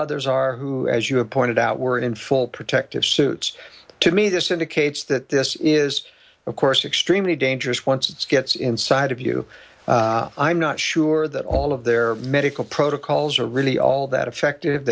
others are who as you have pointed out were in full protective suits to me this indicates that this is of course extremely dangerous once it's gets inside of you i'm not sure that all of their medical protocols are really all that effective